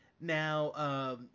Now